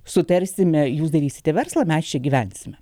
sutarsime jūs darysite verslą mes čia gyvensime